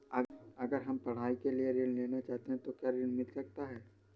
अगर हम पढ़ाई के लिए ऋण लेना चाहते हैं तो क्या ऋण मिल सकता है?